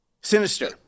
sinister